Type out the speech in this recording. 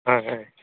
ఆ